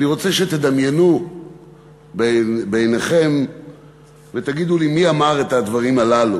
אני רוצה שתדמיינו בעיניכם ותגידו לי מי אמר את הדברים הללו,